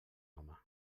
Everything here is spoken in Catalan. home